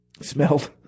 smelled